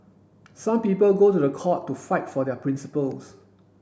some people go to the court to fight for their principles